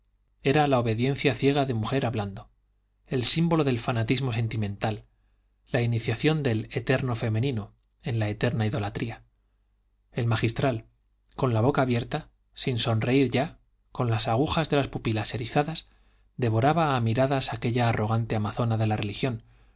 era la obediencia ciega de mujer hablando el símbolo del fanatismo sentimental la iniciación del eterno femenino en la eterna idolatría el magistral con la boca abierta sin sonreír ya con las agujas de las pupilas erizadas devoraba a miradas aquella arrogante amazona de la religión